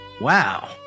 Wow